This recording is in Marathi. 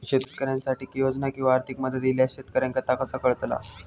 शेतकऱ्यांसाठी योजना किंवा आर्थिक मदत इल्यास शेतकऱ्यांका ता कसा कळतला?